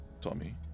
Tommy